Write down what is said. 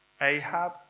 Ahab